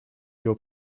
его